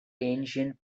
ancient